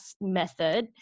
method